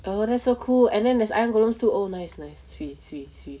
oh that's so cool and then there's iron golems too oh nice nice swee swee swee